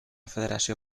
federació